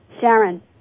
Sharon